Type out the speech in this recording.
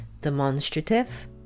demonstrative